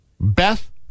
Beth